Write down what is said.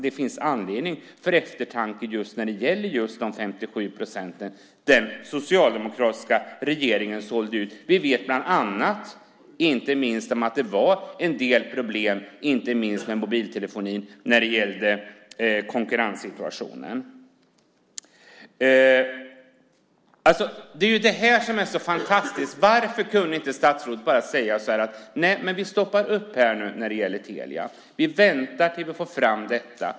Det finns anledning till eftertanke när det gäller de 57 procenten som den socialdemokratiska regeringen sålde ut. Vi vet att det var en del problem med konkurrenssituationen när det gällde inte minst mobiltelefoni. Statsrådet kunde ha sagt: Vi stoppar upp när det gäller Telia. Vi väntar tills vi får fram analyser.